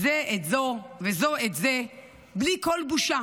זה את זו, וזו את זה, בלי כל בושה.